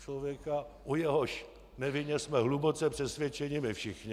Člověka, o jehož nevině jsme hluboce přesvědčeni my všichni.